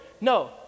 No